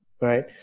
Right